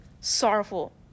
sorrowful